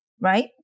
right